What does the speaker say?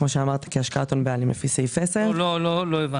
כמו שאמרתי, כהשקעת בעלים לפי סעיף 10. לא הבנתי.